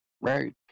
Right